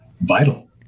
vital